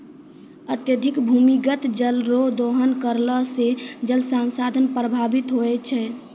अत्यधिक भूमिगत जल रो दोहन करला से जल संसाधन प्रभावित होय छै